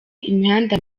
imihanda